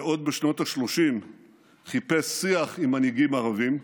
שעוד בשנות השלושים חיפש שיח עם מנהיגים ערביים,